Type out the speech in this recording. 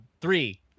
three